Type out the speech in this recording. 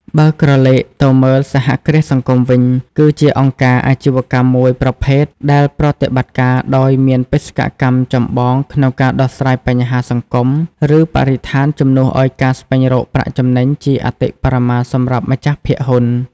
បើក្រឡេកទៅមើល សហគ្រាសសង្គមវិញ គឺជាអង្គការអាជីវកម្មមួយប្រភេទដែលប្រតិបត្តិការដោយមានបេសកកម្មចម្បងក្នុងការដោះស្រាយបញ្ហាសង្គម ឬបរិស្ថាន ជំនួសឱ្យការស្វែងរកប្រាក់ចំណេញជាអតិបរមាសម្រាប់ម្ចាស់ភាគហ៊ុន។